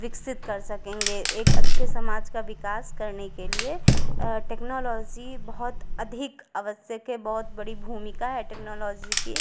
विकसित कर सकेंगे एक अच्छे समाज का विकास करने के लिए टेक्नोलॉज़ी बहुत अधिक आवश्यक है बहुत बड़ी भूमिका है टेक्नोलॉज़ी की